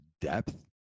depth